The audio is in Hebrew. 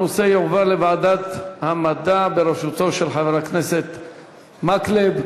הנושא יועבר לוועדת המדע בראשות חבר הכנסת מקלב,